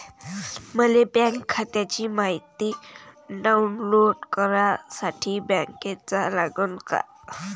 मले बँक खात्याची मायती डाऊनलोड करासाठी बँकेत जा लागन का?